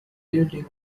building